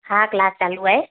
हा क्लास चालू आहे